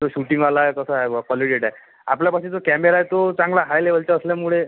तो शूटिंगवाला आहे तो कसा आहे बाबा क्वालिडेट आहे आपल्यापाशी जो कॅमेरा आहे तो चांगला आहे लेव्हलचा असल्यामुळे